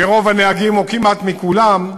מרוב הנהגים, או כמעט מכולם,